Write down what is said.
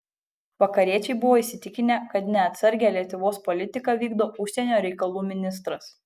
vakariečiai buvo įsitikinę kad neatsargią lietuvos politiką vykdo užsienio reikalų ministras